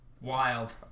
Wild